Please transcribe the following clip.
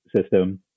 system